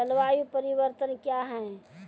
जलवायु परिवर्तन कया हैं?